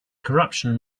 corruption